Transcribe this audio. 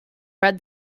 red